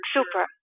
Super